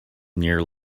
near